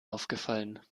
aufgefallen